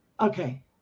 Okay